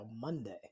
Monday